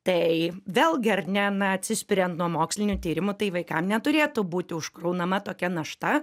tai vėlgi ar ne na atsispiriant nuo mokslinių tyrimų tai vaikam neturėtų būti užkraunama tokia našta